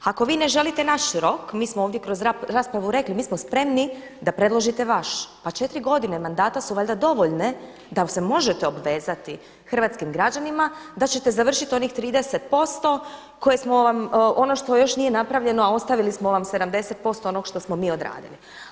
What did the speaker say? Ako vi ne želite naš rok mi smo ovdje kroz raspravu rekli mi smo spremni da predložite vaš, pa četiri godine mandata su valjda dovoljne da se možete obvezati hrvatskim građanima da ćete završiti onih 30% koje smo vam, ono što još nije napravljeno a ostavili smo vam 70% onog što smo mi odradili.